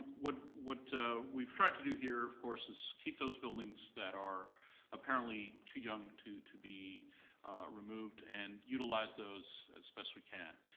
what what we've tried to do here, of course, is keep those buildings that are apparently too young to be removed, and utilize those as best we can.